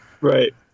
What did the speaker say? Right